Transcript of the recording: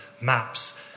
maps